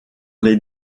les